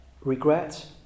regret